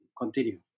Continue